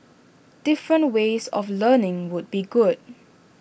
different ways of learning would be good